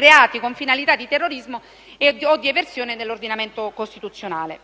reati con finalità di terrorismo o di eversione dell'ordinamento costituzionale.